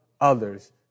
others